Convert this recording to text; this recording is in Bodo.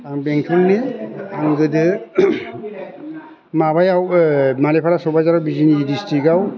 आं बेंथलनि आं गोदो माबायाव मालिफारा सुबायजार बिजिनि डिसट्रिक्टआव